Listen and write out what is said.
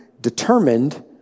determined